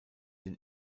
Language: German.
den